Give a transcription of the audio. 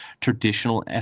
traditional